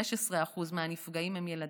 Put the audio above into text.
16% מהנפגעים הם ילדים,